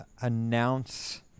announce